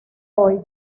hoy